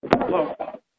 Hello